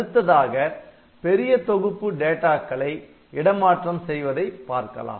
அடுத்ததாக பெரிய தொகுப்பு டேட்டாக்களை இடமாற்றம் செய்வதை பார்க்கலாம்